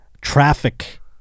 traffic